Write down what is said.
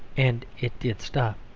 and it did stop.